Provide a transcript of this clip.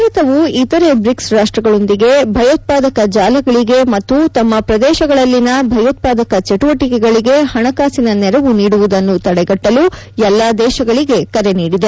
ಭಾರತವು ಇತರೆ ಬ್ರಿಕ್ಸ್ ರಾಷ್ಟಗಳೊಂದಿಗೆ ಭಯೋತ್ಪಾದಕ ಜಾಲಗಳಗೆ ಮತ್ತು ತಮ್ಮ ಪ್ರದೇಶಗಳಲ್ಲಿನ ಭಯೋತ್ಪಾದಕ ಚಟುವಟಿಕೆಗಳಿಗೆ ಹಣಕಾಸಿನ ನೆರವು ನೀಡುವುದನ್ನು ತಡೆಗಟ್ಟಲು ಎಲ್ಲಾ ದೇಶಗಳಿಗೆ ಕರೆ ನೀಡಿದೆ